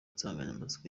insanganyamatsiko